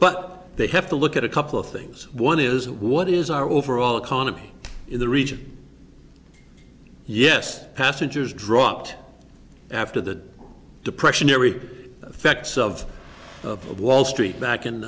but they have to look at a couple of things one is what is our overall economy in the region yes passengers dropped after the depressionary effects of wall street back in